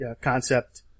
concept